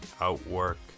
outwork